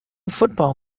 football